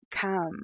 come